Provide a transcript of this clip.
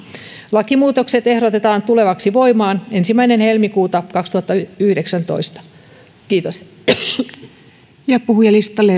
lakimuutokset ehdotetaan tuleviksi voimaan ensimmäinen helmikuuta kaksituhattayhdeksäntoista kiitos puhujalistalle